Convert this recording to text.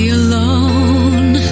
alone